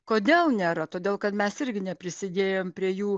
kodėl nėra todėl kad mes irgi neprisidėjom prie jų